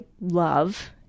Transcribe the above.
love